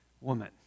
woman